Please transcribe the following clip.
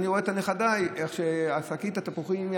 אני רואה את נכדיי ואיך שקית התפוחים היא